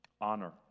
Honor